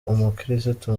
umukristo